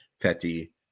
petty